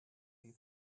amc